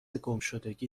گمشدگی